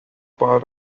part